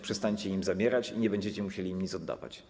Przestańcie im zabierać, nie będziecie musieli nic oddawać.